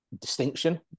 distinction